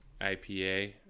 IPA